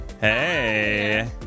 Hey